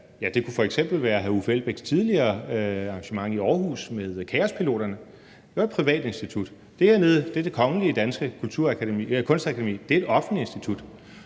Det kunne f.eks. være hr. Uffe Elbæks tidligere arrangement i Aarhus med Kaospiloterne. Det var et privat institut. Det hernede er Det Kongelige Danske Kunstakademi. Det er et offentligt institut.